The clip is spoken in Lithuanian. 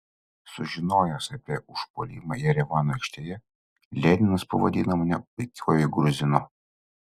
sužinojęs apie užpuolimą jerevano aikštėje leninas pavadino mane puikiuoju gruzinu